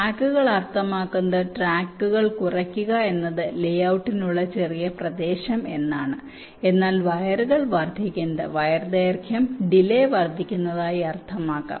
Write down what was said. ട്രാക്കുകൾ അർത്ഥമാക്കുന്നത് ട്രാക്കുകൾ കുറയ്ക്കുന്നത് എന്നത് ലേ ഔട്ടിനുള്ള ചെറിയ പ്രദേശം എന്നാണ് എന്നാൽ വയറുകൾ വർദ്ധിക്കുന്നത് വയർ ദൈർഘ്യം ഡിലെ വർദ്ധിക്കുന്നതായി അർത്ഥമാക്കാം